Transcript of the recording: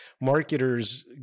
marketers